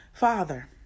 Father